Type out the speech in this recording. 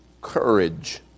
courage